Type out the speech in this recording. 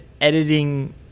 editing